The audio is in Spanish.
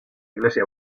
iglesia